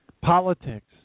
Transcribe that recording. Politics